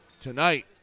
tonight